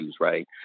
right